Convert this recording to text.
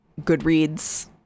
Goodreads